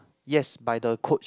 yes by the coach